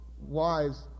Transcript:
wise